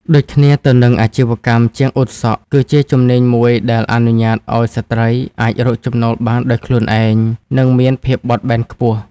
ដូចគ្នាទៅនឹង អាជីពជាជាងអ៊ុតសក់ គឺជាជំនាញមួយដែលអនុញ្ញាតឱ្យស្ត្រីអាច រកចំណូលបានដោយឯករាជ្យ និងមានភាពបត់បែនខ្ពស់។